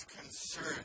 concern